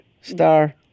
star